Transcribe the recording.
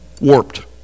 Warped